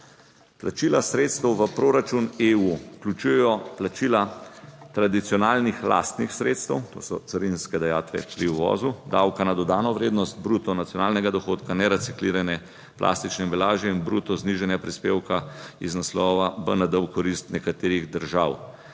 Plačila sredstev v proračun EU vključujejo plačila tradicionalnih lastnih sredstev, to so carinske dajatve pri uvozu, davka na dodano vrednost, bruto nacionalnega dohodka, nereciklirane plastične embalaže in bruto znižanja prispevka iz naslova BND v korist nekaterih držav.